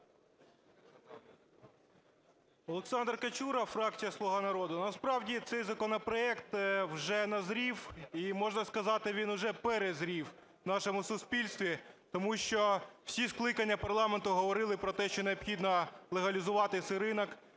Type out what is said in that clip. Олександр Качура, фракція "Слуга народу". Насправді, цей законопроект вже назрів, і можна сказати, він уже перезрів в нашому суспільстві, тому що всі скликання парламенту говорили про те, що необхідно легалізувати цей ринок,